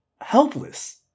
helpless